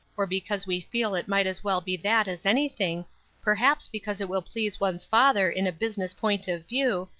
or because we feel it might as well be that as anything perhaps because it will please one's father in a business point of view,